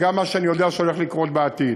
וגם על מה שאני יודע שהולך לקרות בעתיד.